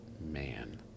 man